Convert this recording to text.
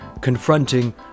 confronting